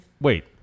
wait